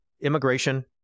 immigration